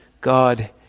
God